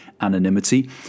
anonymity